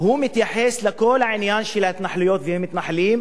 הוא מתייחס לכל העניין של ההתנחלויות והמתנחלים,